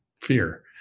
fear